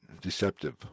deceptive